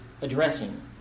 addressing